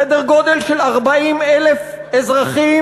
סדר גודל של 40,000 אזרחים,